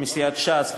מסיעת ש"ס,